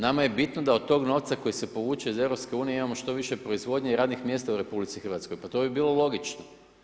Nama je bitno da od tog novca koji se povuče iz EU imamo što više proizvodnje i radnih mjesta u RH, pa to bi bilo logično.